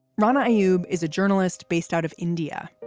rana yeah ayoob is a journalist based out of india.